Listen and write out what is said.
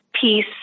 peace